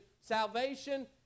Salvation